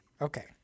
Okay